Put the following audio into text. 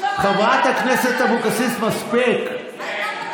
חברת הכנסת אבקסיס, מספיק.